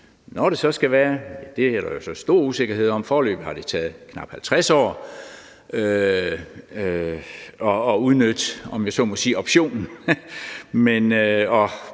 det så skal være, er der jo så stor usikkerhed om. Foreløbig har det taget knap 50 år at udnytte, om jeg så må sige, optionen,